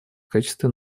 качестве